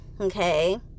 okay